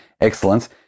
excellence